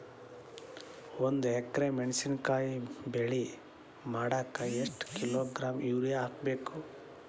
ಒಂದ್ ಎಕರೆ ಮೆಣಸಿನಕಾಯಿ ಬೆಳಿ ಮಾಡಾಕ ಎಷ್ಟ ಕಿಲೋಗ್ರಾಂ ಯೂರಿಯಾ ಹಾಕ್ಬೇಕು?